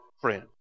friend